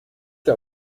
der